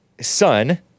son